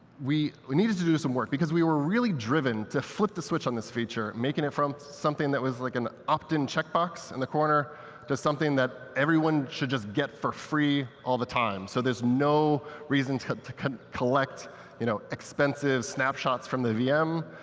we we needed to do some work. because we were really driven to flip the switch on this feature. making it from something that was like an opt-in checkbox in the corner to something that everyone should just get for free, all the time. so there's no reason to to kind of collect you know expensive snapshots from the vm,